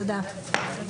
תודה.